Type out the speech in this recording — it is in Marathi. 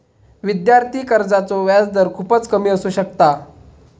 विद्यार्थी कर्जाचो व्याजदर खूपच कमी असू शकता